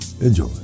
Enjoy